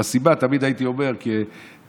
תמיד הייתי אומר שהסיבה לזה היא כי התכנון